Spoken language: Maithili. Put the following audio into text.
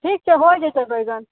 ठीक छै होइ जेतै बैगन